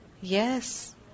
Yes